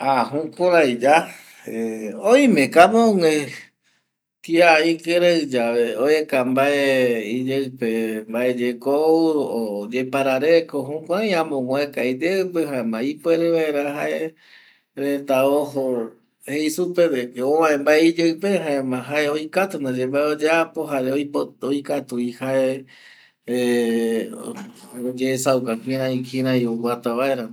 ˂Hesitation˃ Jkurei ya ˂Hesitation˃ oime ko amogüe kia ikirei yave oeka mbae iyeipe mbae yeko oiparareko, jukurei amope oeka mbae iyeipe ipuere mbaera jaereta ojo jei supe jaema jae oikatu mbae oyapo jare oikatu vi jae oyesauka kirei oguata vaera.